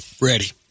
Ready